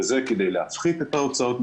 וזה כדי להפחית את ההוצאות,